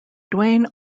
duane